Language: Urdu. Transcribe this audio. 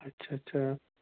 اچھا اچھا